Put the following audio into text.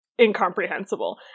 incomprehensible